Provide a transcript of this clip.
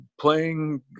playing